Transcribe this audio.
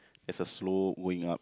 there's a slope going up